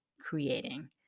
creating